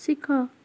ଶିଖ